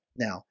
Now